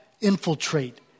infiltrate